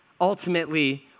ultimately